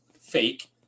fake